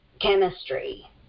chemistry